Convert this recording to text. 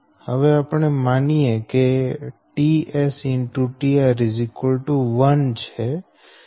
અહી આપણે માની લઈએ કે ts X tR 1 છે